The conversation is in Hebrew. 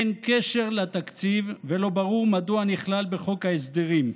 אין קשר לתקציב ולא ברור מדוע נכלל בחוק ההסדרים.